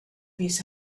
these